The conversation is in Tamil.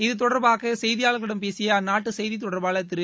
இத்தொடர்பாக செய்தியாளிடம் பேசிய அந்நாட்டு செய்தித்தொடர்பாளர் திரு